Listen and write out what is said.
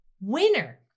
Winner